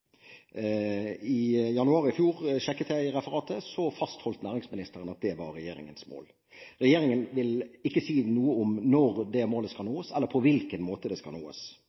i referatet, og i januar i fjor fastholdt næringsministeren at det var regjeringens mål. Regjeringen vil ikke si noe om når det målet skal nås, eller på hvilken måte det skal